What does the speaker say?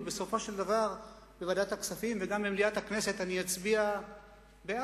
ובסופו של דבר בוועדת הכספים וגם במליאת הכנסת אני אצביע בעד,